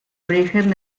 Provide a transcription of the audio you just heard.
origen